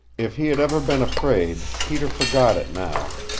if he had ever been afraid, peter forgot it now.